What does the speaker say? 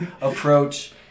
approach